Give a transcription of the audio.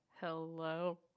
hello